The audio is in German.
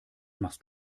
machst